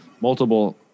multiple